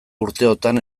urteotan